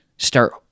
Start